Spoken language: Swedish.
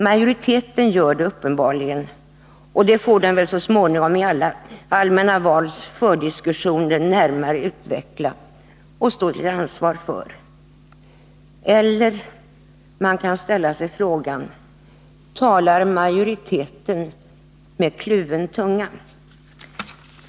Majoriteten anser uppenbarligen detta, och det får den så småningom i allmänna vals fördiskussioner närmare utveckla och stå i ansvar för. Eller — man kan ställa sig den frågan — talar majoriteten med kluven tunga?